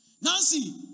Nancy